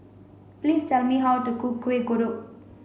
please tell me how to cook Kuih Kodok